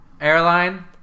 Airline